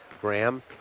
Graham